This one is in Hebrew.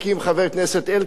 חבר כנסת אלקין,